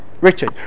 Richard